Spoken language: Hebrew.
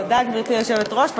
תודה, גברתי היושבת-ראש.